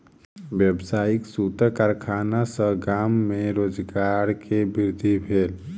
व्यावसायिक सूतक कारखाना सॅ गाम में रोजगार के वृद्धि भेल